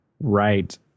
right